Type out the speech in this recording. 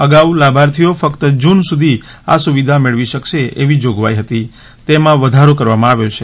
અગાઉ લાભાર્થીઓ ફક્ત જૂન સુધી આ સુવિધા મેળવી શકશે એવી જોગવાઈ હતી તેમાં વધારો કરવામાં આવ્યો છે